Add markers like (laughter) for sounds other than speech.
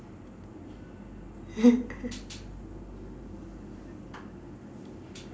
(laughs)